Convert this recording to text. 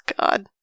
God